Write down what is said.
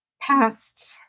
past